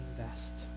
invest